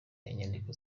inyandiko